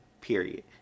Period